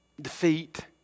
defeat